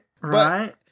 right